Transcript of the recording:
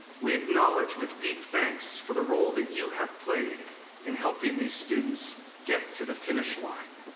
we acknowledge, with deep thanks, for the role that you have played in helping these students get to the finish line.